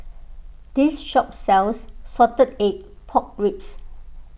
this shop sells Salted Egg Pork Ribs